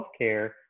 healthcare